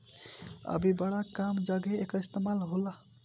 अभी बड़ा कम जघे एकर इस्तेमाल होला